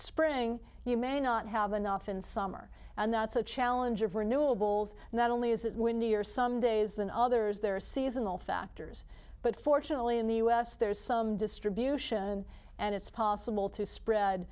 spring you may not have enough in summer and that's the challenge of renewables not only is it windy or some days than others there are seasonal factors but fortunately in the u s there's some distribution and it's possible to spread